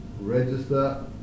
register